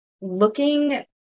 looking